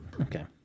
okay